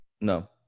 no